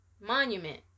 Monument